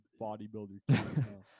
bodybuilder